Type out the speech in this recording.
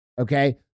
Okay